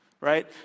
right